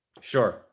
Sure